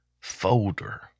folder